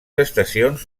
estacions